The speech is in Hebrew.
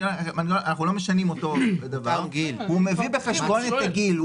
הוא מביא בחשבון את הגיל.